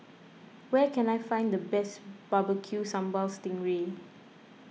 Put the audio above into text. where can I find the best Barbecue Sambal Sting Ray